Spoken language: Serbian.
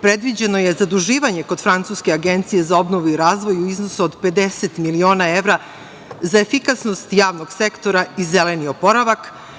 predviđeno je zaduživanje kod francuske Agencije za obnovu i razvoj u iznosu od 50 miliona evra, za efikasnost javnog sektora i zeleni oporavak,